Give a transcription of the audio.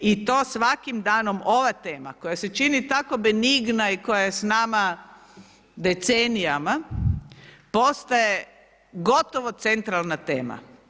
I to svakim danom, ova tema, koja se čini tako benigna i koja je s nama decenijama, postaje gotovo centralna tema.